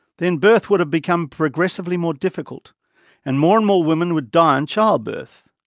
then birth would have become progressively more difficult and more and more women would die in childbirth.